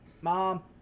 Mom